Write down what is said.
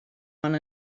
one